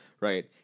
right